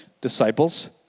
Disciples